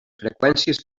freqüències